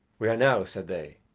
we are now, said they,